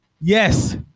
Yes